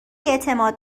اعتماد